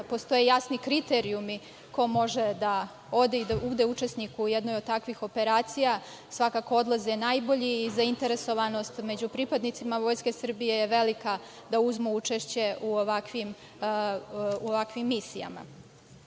postoje jasni kriterijumi ko može da ode i da bude učesnik u jednoj od takvih operacija, svakako odlaze najbolji i zainteresovanost među pripadnicima Vojske Srbije je velika da uzmu učešće u ovakvim misijama. Republika